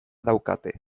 daukate